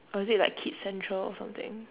or is it like kids central or something